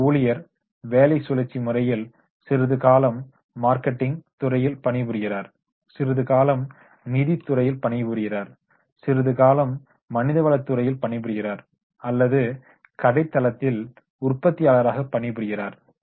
ஒரு ஊழியர் வேலை சுழற்சி முறையில் சிறிது காலம் மார்க்கெட்டிங் துறையில் பணிபுரிகிறார் சிறிது காலம் நிதி துறையில் பணிபுரிகிறார் சிறிது காலம் மனிதவளத் துறையில் பணிபுரிகிறார் அல்லது கடைத் தளத்தில் உற்பத்தியாளராக புரிகிறார்